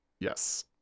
Yes